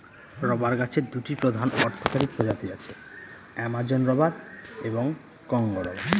rubber গাছের দুটি প্রধান অর্থকরী প্রজাতি আছে, অ্যামাজন রবার এবং কংগো রবার